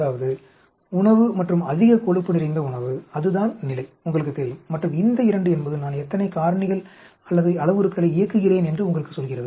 அதாவது உணவு மற்றும் அதிக கொழுப்பு நிறைந்த உணவு அதுதான் நிலை உங்களுக்குத் தெரியும் மற்றும் இந்த 2 என்பது நான் எத்தனை காரணிகள் அல்லது அளவுருக்களை இயக்குகிறேன் என்று உங்களுக்கு சொல்கிறது